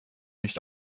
nicht